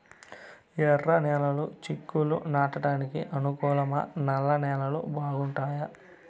ఎర్రనేలలు చిక్కుళ్లు నాటడానికి అనుకూలమా నల్ల నేలలు బాగుంటాయా